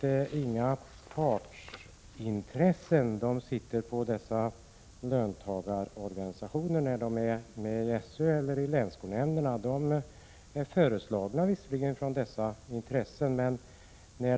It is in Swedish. Det är visserligen så, Ylva Annerstedt, att löntagarorganisationerna föreslår kandidater vid val av ledamöter i länsskolnämnderna, men de företräder inga partsintressen.